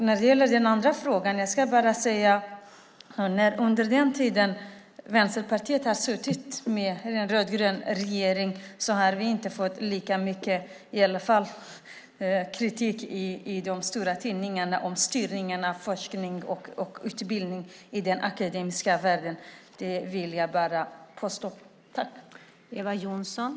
När det gäller den andra frågan ska jag bara säga att under den tid som Vänsterpartiet hade ett rödgrönt samarbete med regeringen fick vi inte lika mycket kritik i de stora tidningarna för styrning av forskning och utbildning i den akademiska världen. Det är ett påstående som jag vill göra.